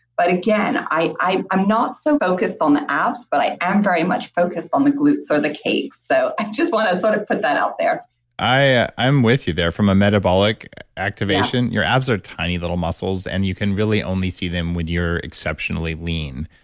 but again, i'm i'm not so focused on the abs but i am very much focused on the glutes or the cakes. so i just want to sort of put that out there i'm with you there. from a metabolic activation your abs are tiny little muscles and you can really only see them when you're exceptionally lean,